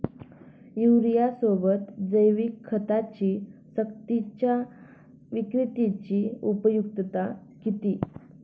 युरियासोबत जैविक खतांची सक्तीच्या विक्रीची उपयुक्तता किती?